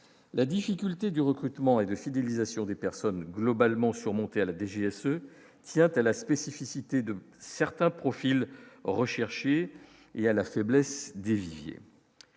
la difficulté du recrutement et de fidélisation des personnes globalement surmonter à la DGSE, tient à la spécificité de certains profils recherchés et à la faiblesse des viviers.